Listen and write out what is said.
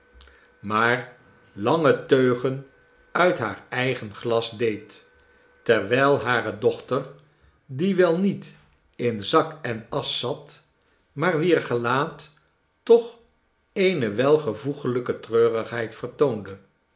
maar lange teugen uit haar eigen glas deed terwijl hare dochter die wel niet in zak en assche zat maar wier gelaat toch eene welvoeglijke treurigheid vertoonde